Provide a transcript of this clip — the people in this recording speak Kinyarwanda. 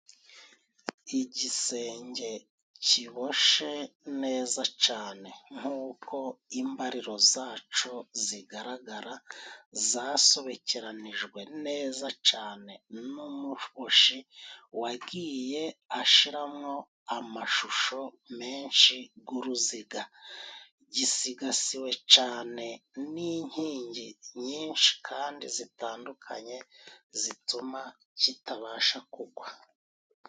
Igisenge kiboshe neza cane nk'uko imbariro zaco zigaragara zasobekeranijwe neza cane n'umufushi wagiye ashiramo amashusho menshi g'uruziga, gisigasiwe cane n'inkingi nyinshi kandi zitandukanye zituma kitabasha kugwa.